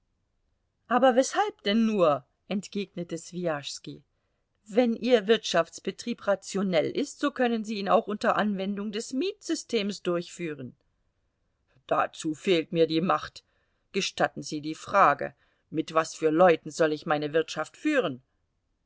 aber weshalb denn nur entgegnete swijaschski wenn ihr wirtschaftsbetrieb rationell ist so können sie ihn auch unter anwendung des mietsystems durchführen dazu fehlt mir die macht gestatten sie die frage mit was für leuten soll ich meine wirtschaft führen